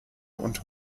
und